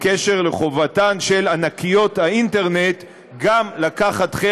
בעניין חובתן של ענקיות האינטרנט לקחת גם הן